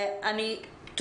אני מודה לך מאוד.